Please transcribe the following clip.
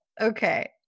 Okay